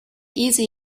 easy